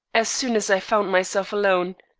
as soon as i found myself alone,